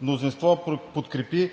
мнозинството подкрепи